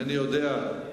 אינני יודע,